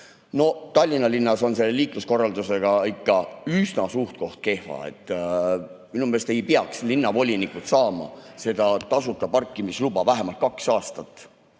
No Tallinna linnas on selle liikluskorraldusega ikka üsna kehvasti. Minu meelest ei peaks linnavolinikud saama seda tasuta parkimise luba vähemalt kaks aastat,